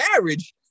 marriage